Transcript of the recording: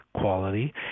quality